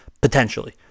potentially